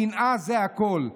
קנאה, זה הכול.